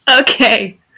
Okay